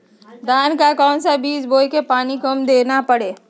धान का कौन सा बीज बोय की पानी कम देना परे?